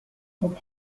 خوب